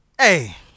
Hey